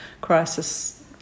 crisis